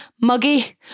muggy